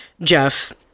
Jeff